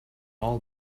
all